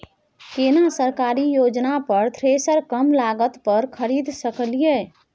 केना सरकारी योजना पर थ्रेसर कम लागत पर खरीद सकलिए?